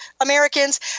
Americans